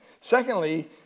Secondly